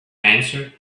answered